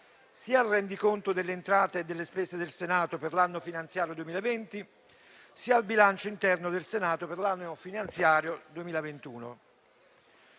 il rendiconto delle entrate e delle spese del Senato per l'anno finanziario 2020 e il bilancio interno del Senato per l'anno finanziario 2021.